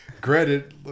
Granted